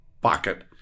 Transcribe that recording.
pocket